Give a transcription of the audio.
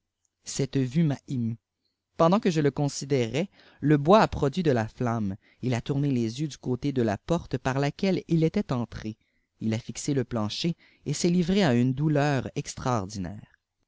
cette vue m'a ému pendant que je le considérais le bois a produit de la flamme il a tourné les yeux du côté de la porte par laquelle il était entré il a fixé le plancher et s'est livré à une douleur extraordinaire